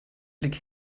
blick